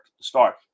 start